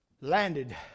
landed